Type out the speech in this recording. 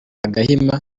gahima